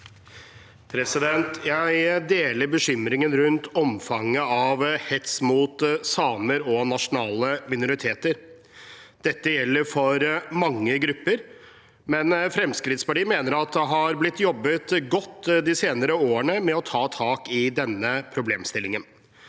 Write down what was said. Jeg deler bekym- ringen over omfanget av hets mot samer og nasjonale minoriteter. Dette gjelder for mange grupper, men Fremskrittspartiet mener at det har blitt jobbet godt med å ta tak i denne problemstillingen